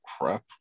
crap